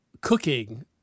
cooking